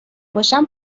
باشم